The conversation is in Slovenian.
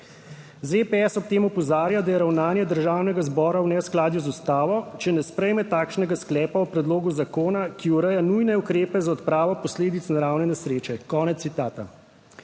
ZPS ob tem opozarja, da je ravnanje Državnega zbora v neskladju z ustavo, če ne sprejme takšnega sklepa o predlogu zakona, ki ureja nujne ukrepe za odpravo posledic naravne nesreče." Konec citata.